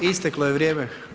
Isteklo je vrijeme.